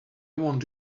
want